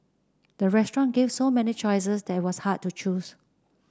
the restaurant gave so many choices that it was hard to choose